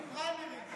פריימריז.